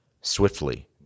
swiftly